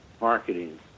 marketing